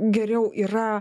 geriau yra